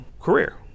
career